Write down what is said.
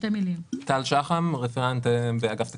טל שחם, רפרנט באגף תקציבים.